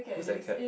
who's that cat